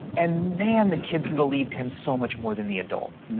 and man, the kids believed him so much more than the adults.